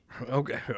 Okay